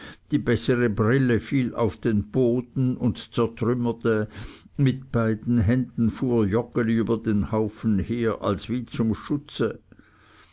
die bessere brille fiel auf den boden und zertrümmerte mit beiden händen fuhr joggeli über den haufen her als wie zum schutze